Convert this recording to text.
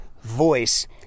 voice